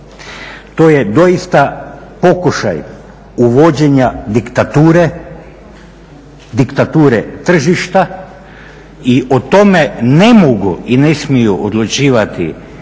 To je doista pokušaj uvođenja diktature, diktature tržišta i o tome ne mogu i ne smiju odlučivati